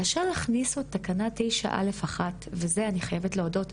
כאשר הכניסו את תקנה 9/א'/1 וזה אני חייבת להודות,